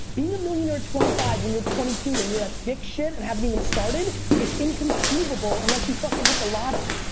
being a millionaire at twenty five when you're twenty two, and you're ah dick shit, and haven't even started is inconceivable unless you fuckin' hit the lotto.